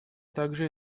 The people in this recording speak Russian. также